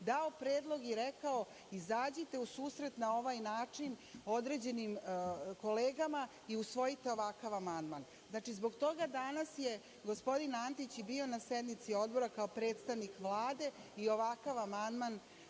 dao predlog i rekao - izađite u susret na ovaj način određenim kolegama i usvojite ovakav amandman. Znači, zbog toga danas je gospodin Antić bio na sednici odbora kao predstavnik Vlade i ovakav amandman